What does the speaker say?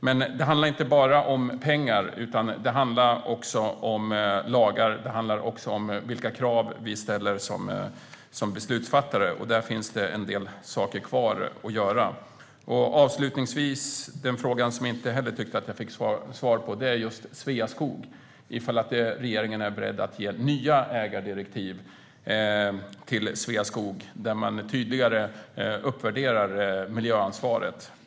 Men det handlar inte bara om pengar. Det handlar också om lagar och vilka krav vi ställer som beslutsfattare. Där finns en del saker kvar att göra. Avslutningsvis vill jag ta upp en fråga som jag inte heller tyckte att jag fick svar på. Det gäller Sveaskog. Är regeringen beredd att ge nya ägardirektiv till Sveaskog där man tydligare uppvärderar miljöansvaret?